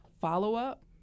follow-up